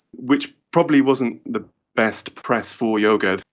which probably wasn't the best press for yoga.